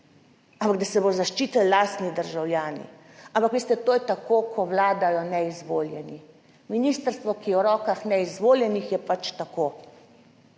ampak da se bo zaščitilo lastni državljani. Ampak veste, to je tako, ko vladajo neizvoljeni, ministrstvo, ki je v rokah neizvoljenih, je pač tako.